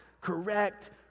correct